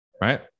right